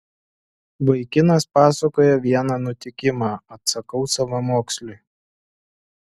vaikinas pasakoja vieną nutikimą atsakau savamoksliui